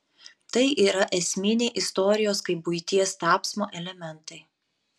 tai yra esminiai istorijos kaip buities tapsmo elementai